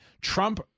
Trump